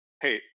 hey